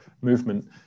movement